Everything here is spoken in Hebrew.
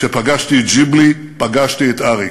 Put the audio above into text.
כשפגשתי את ג'יבלי, פגשתי את אריק.